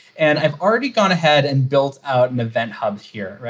and i've already gone ahead and built out an event hub here.